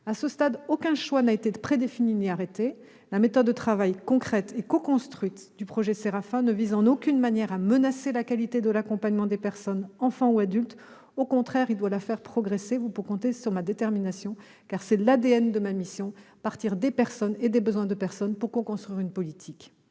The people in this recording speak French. À ce stade, aucun choix n'a été prédéfini ni arrêté. La méthode de travail concertée et coconstruite du projet SERAFIN-PH ne vise en aucune manière à menacer la qualité des accompagnements des personnes, enfants ou adultes ; au contraire, il doit la faire progresser. Vous pouvez compter sur ma détermination, car c'est l'ADN de ma mission que de partir des personnes et de leurs besoins pour coconstruire une politique.